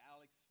Alex